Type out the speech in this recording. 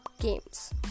games